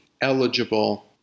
eligible